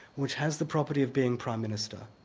which has the property of being prime minister,